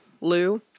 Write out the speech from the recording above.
Lou